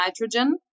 nitrogen